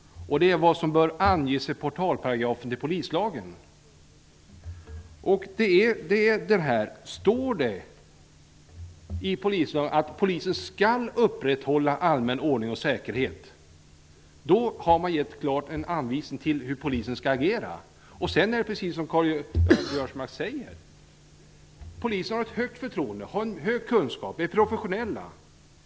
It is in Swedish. Detta bör anges i polislagens portalparagraf. Om det står i polislagen att polisen skall upprätthålla allmän ordning och säkerhet har man givit en klar anvisning om hur polisen skall agera. Det är precis som Karl-Göran Biörsmark säger: förtroendet för polisen är stort. Poliser har stor kunskap och är professionella.